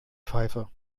pfeife